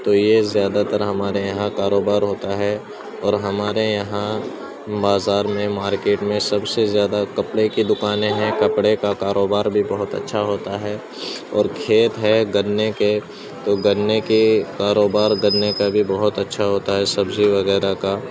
تو یہ زیادہ تر ہمارے یہاں کاروبار ہوتا ہے اور ہمارے یہاں بازار میں مارکیٹ میں سب سے زیادہ کپڑے کی دکانیں ہیں کپڑے کا کاروبار بھی بہت اچھا ہوتا ہے اور کھیت ہیں گنّے کے تو گنّے کے کاروبار گنّے کا بھی بہت اچھا ہوتا ہے سبزی وغیرہ کا